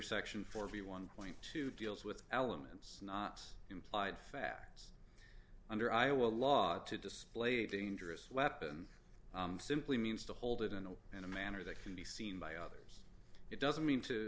section forty one point two deals with elements implied facts under iowa law to display a dangerous weapon simply means to hold it and in a manner that can be seen by others it doesn't mean to